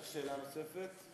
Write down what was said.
שאלה נוספת.